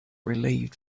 relieved